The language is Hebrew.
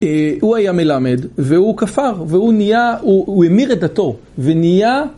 הוא היה מלמד, והוא כפר, והוא נהיה, הוא המיר את דתו, ונהיה